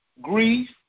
grief